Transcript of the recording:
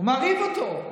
הוא מרעיב אותו?